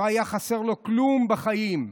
לא היה חסר לו כלום בחיים.